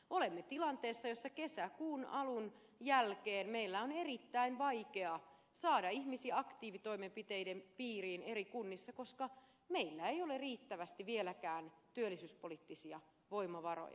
olemme tilanteessa jossa kesäkuun alun jälkeen meillä on erittäin vaikea saada ihmisiä aktiivitoimenpiteiden piiriin eri kunnissa koska meillä ei ole riittävästi vieläkään työllisyyspoliittisia voimavaroja